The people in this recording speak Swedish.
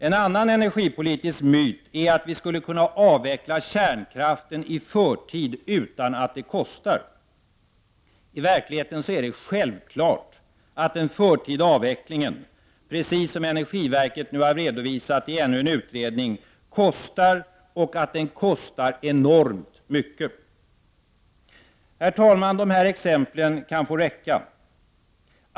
En annan energipolitisk myt är att vi skulle kunna avveckla kärnkraften i förtid utan att det kostar. I verkligheten är det självklart att den förtida avvecklingen — precis som energiverket nu har redovisat i ännu en utredning — kostar och att den kostar enormt mycket. Herr talman! De här exemplen kan få räcka.